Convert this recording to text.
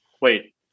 wait